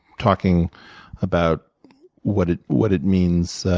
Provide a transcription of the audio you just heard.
talking about what it what it means